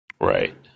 Right